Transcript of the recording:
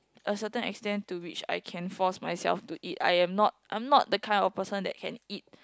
a certain extent to which I can force myself to eat I am not I'm not the kind of person that can eat